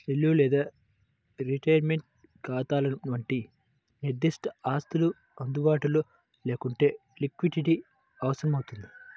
ఇల్లు లేదా రిటైర్మెంట్ ఖాతాల వంటి నిర్దిష్ట ఆస్తులు అందుబాటులో లేకుంటే లిక్విడిటీ అవసరమవుతుంది